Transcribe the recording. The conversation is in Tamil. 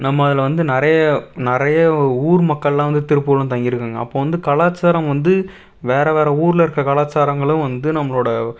நம்ம அதில் வந்து நிறைய நிறைய ஊர் மக்கள்லாம் வந்து திருப்பூரில் தங்கிருக்காங்க அப்போ வந்து கலாச்சாரம் வந்து வேறே வேறே ஊரில் இருக்கற கலாச்சாரங்களும் வந்து நம்மளோடய